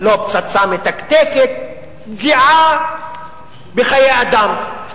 לא פצצה מתקתקת, "פגיעה בחיי אדם",